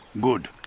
Good